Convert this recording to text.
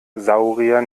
saurier